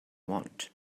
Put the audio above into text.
want